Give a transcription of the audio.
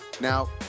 Now